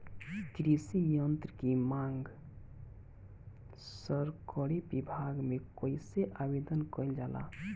कृषि यत्र की मांग सरकरी विभाग में कइसे आवेदन कइल जाला?